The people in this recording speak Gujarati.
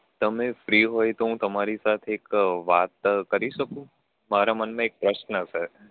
તમે ફ્રી હોય તો હું તમારી સાથે એક વાત કરી શકું મારા મનમાં એક પ્રશ્ન છે